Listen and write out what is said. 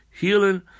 healing